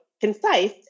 concise